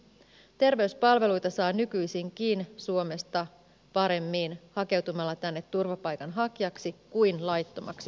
terveyspalveluita saa nykyisinkin suomesta paremmin hakeutumalla tänne turvapaikanhakijaksi kuin laittomaksi siirtolaiseksi